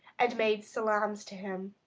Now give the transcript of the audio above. and made salaams to him.